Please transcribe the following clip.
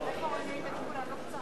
בכנסת